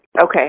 Okay